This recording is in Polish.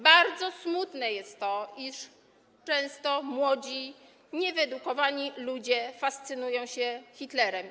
Bardzo smutne jest to, iż często młodzi, niewyedukowani ludzie fascynują się Hitlerem.